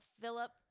Philip